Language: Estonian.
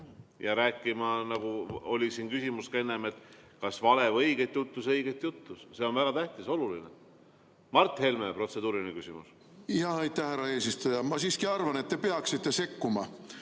ja rääkima – siin oli enne ka küsimus, et kas vale või õiget juttu – õiget juttu. See on väga tähtis, oluline. Mart Helme, protseduuriline küsimus. Aitäh, härra eesistuja! Ma siiski arvan, et te peaksite sekkuma,